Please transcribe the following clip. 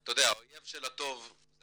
אתה יודע, האויב של הטוב זה